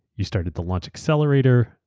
you started the launch accelerator,